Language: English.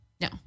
No